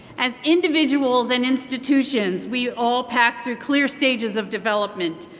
as individuals and institutions we all pass through clear stages of development,